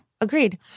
agreed